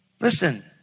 listen